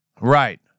Right